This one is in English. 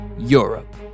Europe